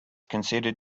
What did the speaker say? considered